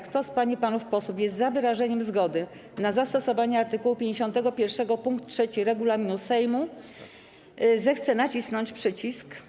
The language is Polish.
Kto z pań i panów posłów jest za wyrażeniem zgody na zastosowanie art. 51 pkt 3 regulaminu Sejmu, zechce nacisnąć przycisk.